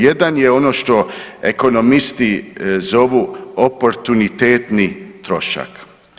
Jedan je ono što ekonomisti zovu oportunitetni trošak.